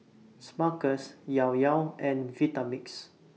Smuckers Llao Llao and Vitamix